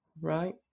right